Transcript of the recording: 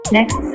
Next